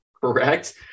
correct